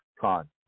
Con